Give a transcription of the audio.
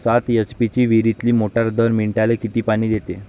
सात एच.पी ची विहिरीतली मोटार दर मिनटाले किती पानी देते?